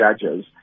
judges